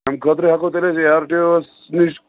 تَمہِ خٲطرٕ ہٮ۪کو کٔرِتھ اے آر ٹی او وَس نِش